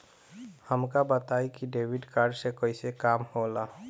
हमका बताई कि डेबिट कार्ड से कईसे काम होला?